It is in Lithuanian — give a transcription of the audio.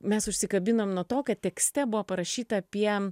mes užsikabinam nuo to kad tekste buvo parašyta apie